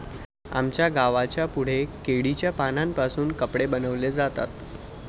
आमच्या गावाच्या पुढे केळीच्या पानांपासून कपडे बनवले जातात